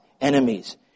enemies